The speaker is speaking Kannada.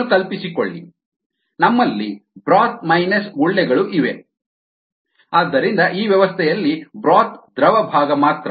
ಇದನ್ನು ಕಲ್ಪಿಸಿಕೊಳ್ಳಿ ನಮ್ಮಲ್ಲಿ ಬ್ರೋತ್ ಮೈನಸ್ ಗುಳ್ಳೆಗಳು ಇವೆ ಆದ್ದರಿಂದ ಈ ವ್ಯವಸ್ಥೆಯಲ್ಲಿ ಬ್ರೋತ್ ದ್ರವ ಭಾಗ ಮಾತ್ರ